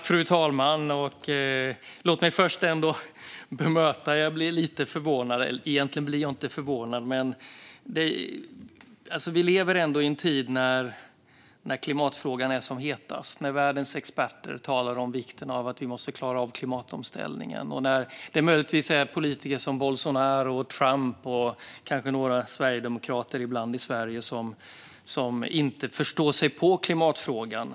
Fru talman! Låt mig först bemöta detta. Jag blir lite förvånad - eller egentligen blir jag inte förvånad. Vi lever ändå i en tid när klimatfrågan är som hetast och när världens experter talar om vikten av att vi måste klara av klimatomställningen. Det är möjligtvis politiker som Bolsonaro, Trump och kanske ibland några sverigedemokrater i Sverige som inte förstår sig på klimatfrågan.